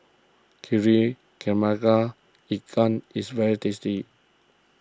Kari Kepala Ikan is very tasty